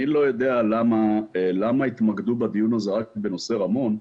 אני לא יודע למה התמקדו בדיון הזה רק בנושא רמון,